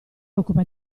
occupa